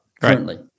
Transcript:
currently